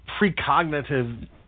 precognitive